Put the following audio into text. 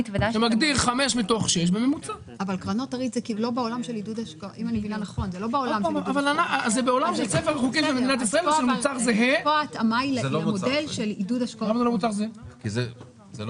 15 מתוך 18. פה לא צריך את הארעיות כי יש לך תקופה.